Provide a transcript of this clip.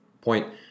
point